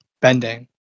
Bending